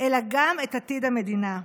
אלא גם את עתיד המדינה.